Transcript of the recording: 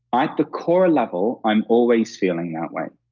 at the core level, i'm always feeling that way.